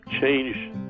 change